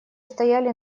стояли